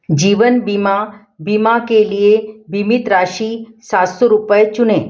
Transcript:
जीवन बीमा बीमा के लिए बीमित राशि सात सौ रुपये चुनें